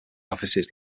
offices